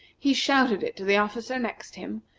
he shouted it to the officer next him,